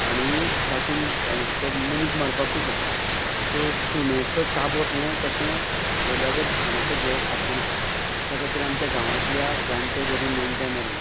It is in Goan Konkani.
आनी तातूंत तो मनीस मरपाकूय शकता सो सुण्याचो चाबप हें तशें वयल्या वयर फकांणाचें घेवप आसना त्या खातीर आमच्या गांवांतल्या जाणटे धरून नेण्ट्या मेरेन